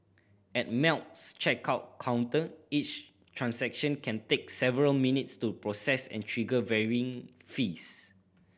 at Melt's checkout counter each transaction can take several minutes to process and trigger varying fees